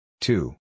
Two